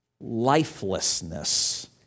Lifelessness